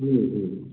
हम्म हम्म